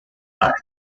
art